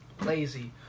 Lazy